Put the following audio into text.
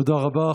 תודה רבה.